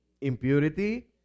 impurity